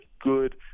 good